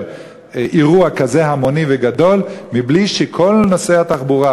אירוע כזה המוני וגדול מבלי שכל נושא התחבורה,